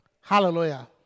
Hallelujah